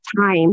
time